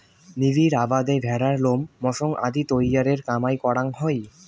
নিবিড় আবাদে ভ্যাড়ার লোম, মাংস আদি তৈয়ারের কামাই করাং হই